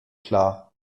klar